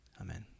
Amen